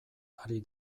ari